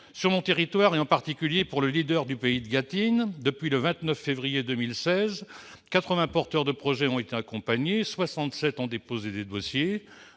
Dans mon territoire, en particulier pour le Leader du pays de Gâtine, depuis le 29 février 2016, 80 porteurs de projets ont été accompagnés : 67 ont déposé des dossiers,